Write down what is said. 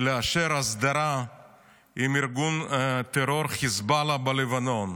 לאשר הסדרה עם ארגון הטרור חיזבאללה בלבנון.